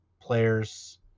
players